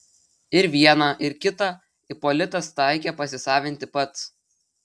ir vieną ir kitą ipolitas taikė pasisavinti pats